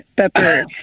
Pepper